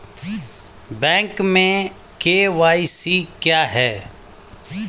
Bank में KYC क्या है?